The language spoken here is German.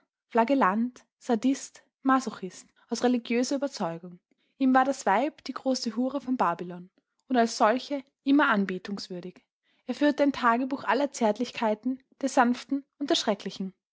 aus religiöser überzeugung ihm war das weib die große hure von babylon und als solche immer anbetungswürdig er führte ein tagebuch aller zärtlichkeiten der sanften und